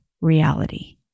reality